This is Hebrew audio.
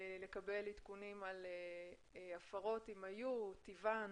לקבל עדכונים על הפרות אם היו, טיבן